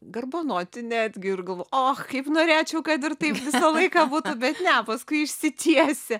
garbanoti netgi ir galvojau o kaip norėčiau kad ir taip visą laiką būtų bet ne paskui išsitiesia